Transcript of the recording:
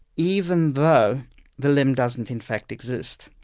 even though the limb doesn't in fact exist.